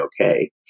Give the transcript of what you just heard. okay